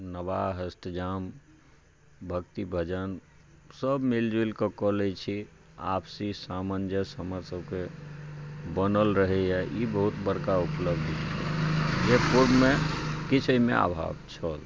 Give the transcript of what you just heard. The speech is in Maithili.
नवाह अष्टजाम भक्ति भजन सभ मिल जुलकऽ कऽ लै छी आपसी सामञ्जस्य हमर सभके बनल रहैए ई बहुत बड़का उपलब्धि अछि जे पूर्वमे किछु एहिमे अभाव छल